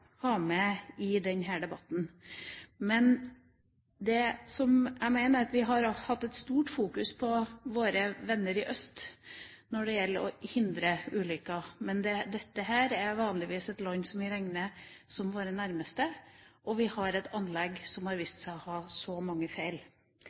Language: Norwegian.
med i denne debatten. Jeg mener vi har hatt et stort fokus på våre venner i øst når det gjelder å hindre ulykker, men dette er et land som vi vanligvis regner blant våre nærmeste, og det er et anlegg som har